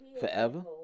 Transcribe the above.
Forever